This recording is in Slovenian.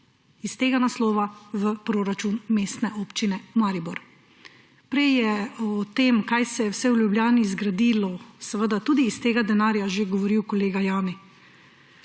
iz tega naslova v proračun Mestne občine Maribor. Prej je o tem, kaj se je vse v Ljubljani zgradilo seveda tudi iz tega denarja, že govoril kolega Jani.